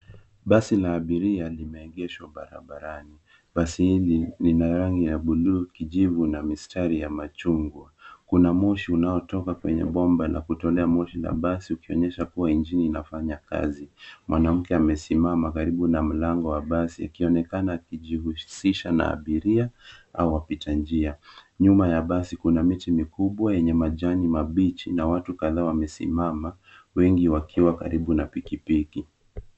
Basi la abiria limeegeshwa barabarani. Basi hili lina rangi ya buluu, kijivu na mistari ya machungwa Kuna moshi unaotoka kwenye bomba la kutolea moshi la basi ikionyesha kuwa injini inafanya kazi. Mwanamke amesimama karibu na mlango wa basi akionekana akijihusisha na abiria au wapita njia. Nyuma ya basi kuna miti mikubwa yenye majani mabichi. Watu kadhaa wamesimama, wengi wakiwa karibu na pikipiki.